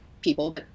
people